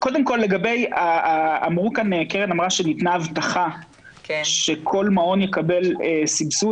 קרן אמרה שניתנה הבטחה שכל מעון יקבל סבסוד.